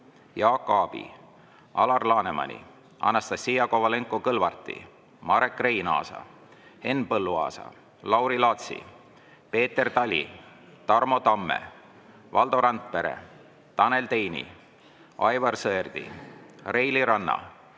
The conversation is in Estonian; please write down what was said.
Jaak Aabi, Alar Lanemani, Anastassia Kovalenko-Kõlvarti, Marek Reinaasa, Henn Põlluaasa, Lauri Laatsi, Peeter Tali, Tarmo Tamme, Valdo Randpere, Tanel Teini, Aivar Sõerdi, Reili Ranna,